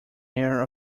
air